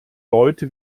leute